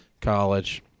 college